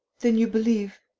then you believe.